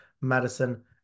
Madison